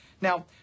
Now